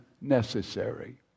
necessary